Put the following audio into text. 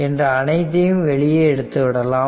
என்று அனைத்தையும் வெளியே எடுத்துவிடலாம்